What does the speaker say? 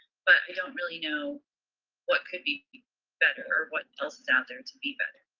but i don't really know what could be better or what else is out there to be better.